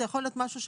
זה יכול להיות משהו,